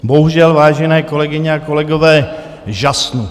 Bohužel, vážené kolegyně a kolegové, žasnu.